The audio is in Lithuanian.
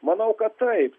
manau kad taip